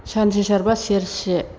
सानसे सारब्ला सेरसे